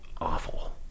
awful